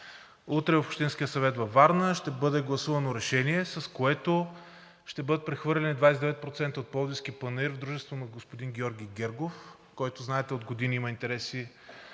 Утре в Общинския съвет – Варна, ще бъде гласувано решение, с което ще бъдат прехвърлени 29% от Пловдивския панаир от дружество на господин Георги Гергов, който знаете, че от години има интереси